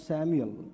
Samuel